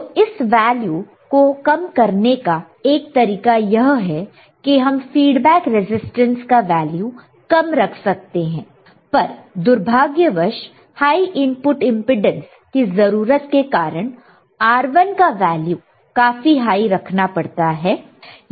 तो इस वैल्यू को कम करने का एक तरीका यह है कि हम फीडबैक रेसिस्टेंस का वैल्यू कम रख सकते हैं पर दुर्भाग्यवश हाई इनपुट इंपेडेंस की जरूरत के कारण R1 का वैल्यू काफी हाई रखना पड़ता है